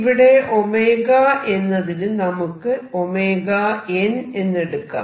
ഇവിടെ 𝞈 എന്നതിന് നമുക്ക് 𝞈n എന്നെടുക്കാം